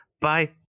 Bye